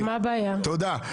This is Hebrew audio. תודה.